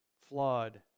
flawed